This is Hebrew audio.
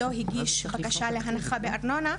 לא הגיש בקשה להנחה בארנונה,